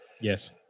Yes